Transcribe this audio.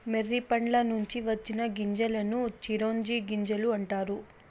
మొర్రి పండ్ల నుంచి వచ్చిన గింజలను చిరోంజి గింజలు అంటారు